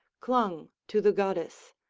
clung to the goddess.